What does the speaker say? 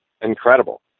incredible